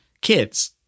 kids